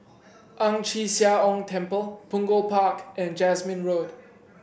Ang Chee Sia Ong Temple Punggol Park and Jasmine Road